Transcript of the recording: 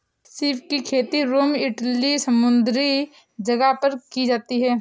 सीप की खेती रोम इटली समुंद्री जगह पर की जाती है